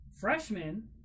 freshmen